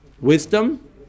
Wisdom